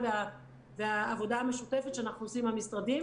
והעבודה המשותפת שאנחנו עושים עם המשרדים.